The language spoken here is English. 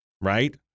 right